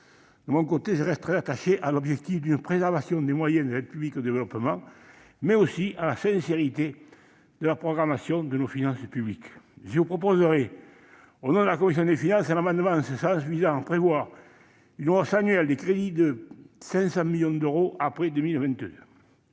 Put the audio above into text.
De mon côté, je reste très attaché à l'objectif d'une préservation des moyens de l'APD, mais aussi à la sincérité de la programmation de nos finances publiques. Je vous proposerai, au nom de la commission des finances, un amendement en ce sens, visant à prévoir une hausse annuelle des crédits de 500 millions d'euros après 2022.